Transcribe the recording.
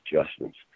adjustments